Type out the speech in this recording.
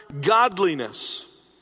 godliness